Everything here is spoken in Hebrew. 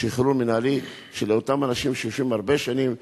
שחרור מינהלי של אותם אנשים שיושבים הרבה שנים.